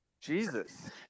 jesus